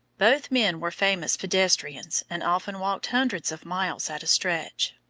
both men were famous pedestrians and often walked hundreds of miles at a stretch.